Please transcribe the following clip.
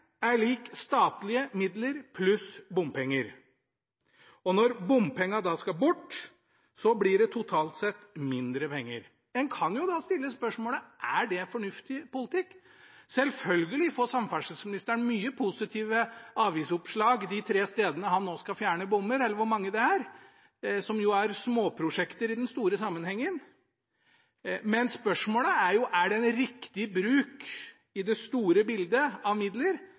er lik statlige midler pluss bompenger. Når bompengene da skal bort, blir det totalt sett mindre penger. En kan jo stille spørsmålet: Er det fornuftig politikk? Selvfølgelig får samferdselsministeren mange positive avisoppslag om de tre stedene han nå skal fjerne bommer – eller hvor mange det er – som jo er småprosjekter i den store sammenhengen. Men spørsmålet er: Er det i det store bildet riktig bruk av midler